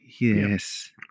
Yes